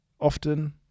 often